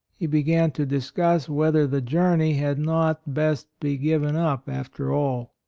he began to discuss whether the journey had not best be given up, after all.